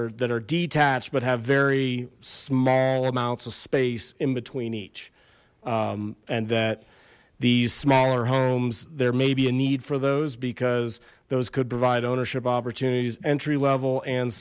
are that are detached but have very small amounts of space in between each and that these smaller homes there may be a need for those because those could provide ownership opportunities entry level and